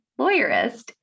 Lawyerist